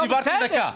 לא דיברתי דקה.